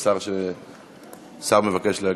קסניה סבטלובה?